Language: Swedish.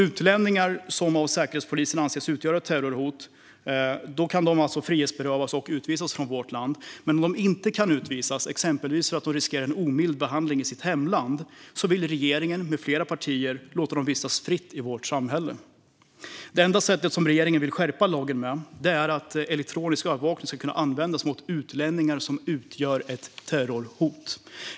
Utlänningar som av Säkerhetspolisen anses utgöra terrorhot kan alltså frihetsberövas och utvisas från vårt land. Men om de inte kan utvisas, exempelvis för att de riskerar en omild behandling i sitt hemland, vill regeringen med flera partier låta dem vistas fritt i vårt samhälle. Det enda sätt som regeringen vill skärpa lagen med är att elektronisk övervakning ska kunna användas mot utlänningar som utgör ett terrorhot.